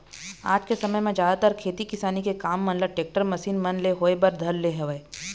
आज के समे म जादातर खेती किसानी के काम मन ल टेक्टर, मसीन मन ले होय बर धर ले हवय